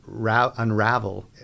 unravel